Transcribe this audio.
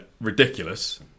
ridiculous